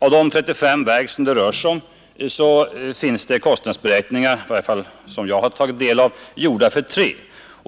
Av de 35 verk som det handlar om finns det kostnadsberäkningar — i varje fall som jag har tagit del av — gjorda för tre.